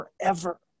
forever